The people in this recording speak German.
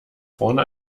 vorne